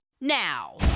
now